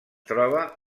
troba